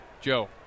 Joe